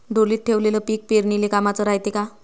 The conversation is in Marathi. ढोलीत ठेवलेलं पीक पेरनीले कामाचं रायते का?